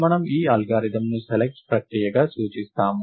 మనము ఈ అల్గోరిథంను సెలెక్ట్ ఎంపిక ప్రక్రియగా సూచిస్తాము